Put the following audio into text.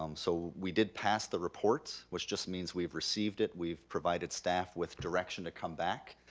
um so we did pass the reports, which just means we've received it, we've provided staff with direction to come back,